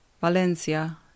Valencia